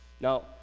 Now